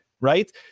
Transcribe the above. Right